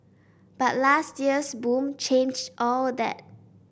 but last year's boom changed all that